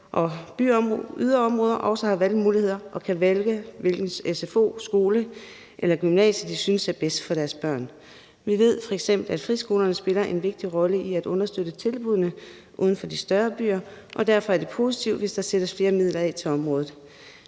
og yderområder også har valgmuligheder og kan vælge, hvilken sfo, skole eller gymnasium de synes er bedst for deres børn. Vi ved f.eks., at friskolerne spiller en vigtig rolle i at understøtte tilbuddene uden for de større byer, og derfor er det positivt, hvis der sættes flere midler af til området.